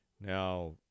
Now